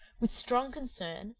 with strong concern,